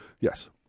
Yes